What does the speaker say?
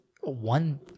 one